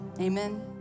amen